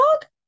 dog